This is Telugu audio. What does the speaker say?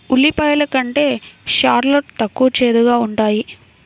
ఉల్లిపాయలు కంటే షాలోట్ తక్కువ చేదుగా ఉంటాయి